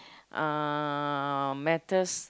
uh matters